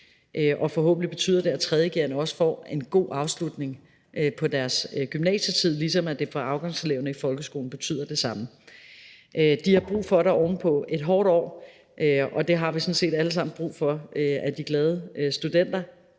og forhåbentlig betyder det her, at 3. g'erne også får en god afslutning på deres gymnasietid, ligesom det forhåbentlig vil gøre det for afgangseleverne i folkeskolen. De har brug for det oven på et hårdt år, og vi har sådan set alle sammen brug for, at de glade studenter